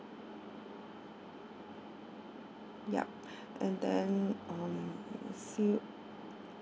ya and then um see